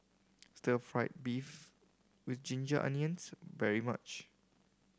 stir fried beef with ginger onions very much